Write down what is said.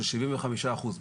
של שבעים וחמישה אחוז.